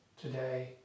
today